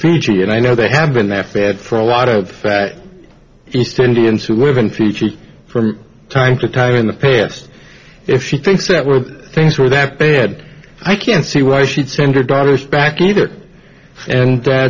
fiji and i know they have been that bad for a lot of east indians who have been featured from time to time in the past if she thinks that were things were that bad i can't see why she'd send her daughters back either and